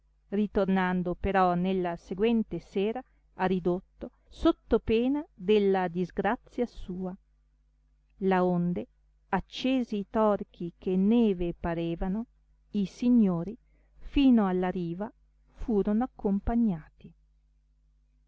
ritornando però nella seguente sera a ridotto sotto pena della disgrazia sua laonde accesi i torchi che neve parevano ì signori fino alla riva furono accompagnati